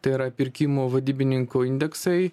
tai yra pirkimo vadybininkų indeksai